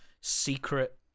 secret